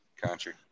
country